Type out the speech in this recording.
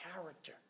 character